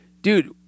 dude